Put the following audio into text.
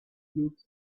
looked